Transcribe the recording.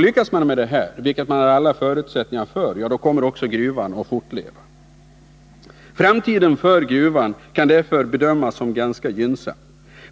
Lyckas man med detta, vilket det finns alla förutsättningar för, kommer också gruvan att fortleva. Framtiden för gruvan kan därför bedömas som ganska gynnsam.